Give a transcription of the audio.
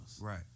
Right